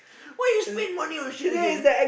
why you spend money on shit again